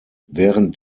während